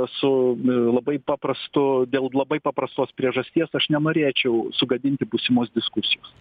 su labai paprastu dėl labai paprastos priežasties aš nenorėčiau sugadinti būsimos diskusijos